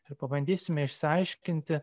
ir pabandysime išsiaiškinti